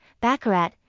Baccarat